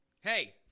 Hey